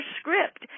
script